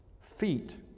Feet